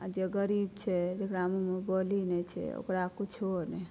आ जे गरीब छै जेकरा मुँहमे बोली नहि छै ओकरा किच्छो नहि